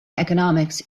economics